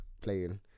playing